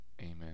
Amen